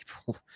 people